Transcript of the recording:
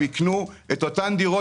הם ייקנו את אותה כמות דירות,